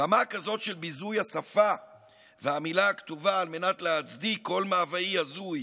רמה כזאת של ביזוי השפה והמילה הכתובה על מנת להצדיק כל מאווה הזוי